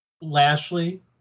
Lashley